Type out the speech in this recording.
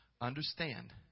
Understand